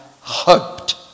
hoped